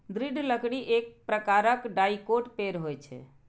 दृढ़ लकड़ी एक प्रकारक डाइकोट पेड़ होइ छै